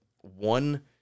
one